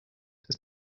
das